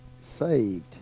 saved